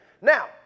Now